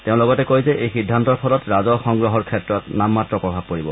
তেওঁ লগতে কয় যে এই সিদ্ধান্তৰ ফলত ৰাজহ সংগ্ৰহৰ ক্ষেত্ৰত তেনে নামমাত্ৰ প্ৰভাৱ পৰিব